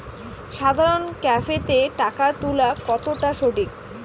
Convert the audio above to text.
সাধারণ ক্যাফেতে টাকা তুলা কতটা সঠিক?